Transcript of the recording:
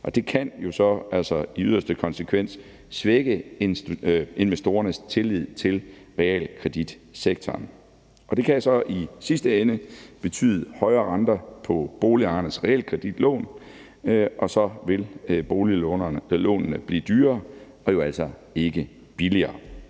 det kan så i yderste konsekvens svække investorernes tillid til realkreditsektoren, og det kan så i sidste ende betyde højere renter på boligejernes realkreditlån, og så vil boliglånene blive dyrere og altså ikke billigere,